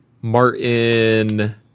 martin